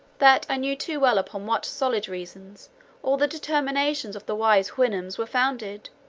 that i knew too well upon what solid reasons all the determinations of the wise houyhnhnms were founded,